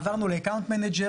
עברנו למנהלי משתמשים,